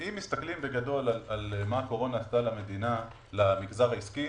אם נסתכל בגדול מה הקורונה עשתה למגזר העסקי,